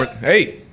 Hey